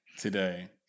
Today